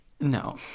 No